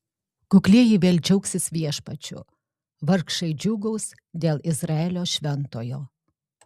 kuklieji vėl džiaugsis viešpačiu vargšai džiūgaus dėl izraelio šventojo